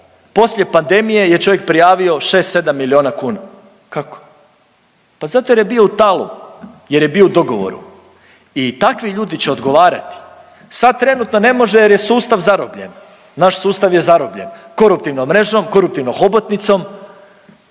poslije pandemije je čovjek prijavio 6-7 miliona kuna. Kako? Pa zato jer je bio u talu, jer je bio u dogovoru. I takvi ljudi će odgovarati. Sad trenutno ne može jer je sustav zarobljen. Naš sustav je zarobljen koruptivnom mrežom, koruptivnom hobotnicom,